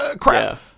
crap